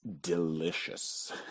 delicious